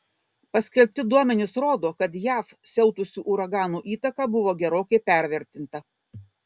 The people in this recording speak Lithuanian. paskelbti duomenys rodo kad jav siautusių uraganų įtaka buvo gerokai pervertinta